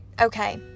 okay